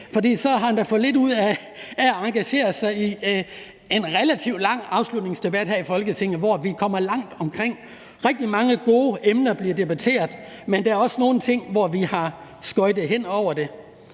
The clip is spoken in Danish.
for så har han da fået lidt ud af at engagere sig i en relativt lang afslutningsdebat her i Folketinget, hvor vi kommer langt omkring. Rigtig mange gode emner bliver debatteret, men der er også nogle ting, som vi har skøjtet hen over,